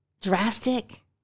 drastic